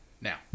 now